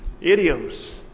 idioms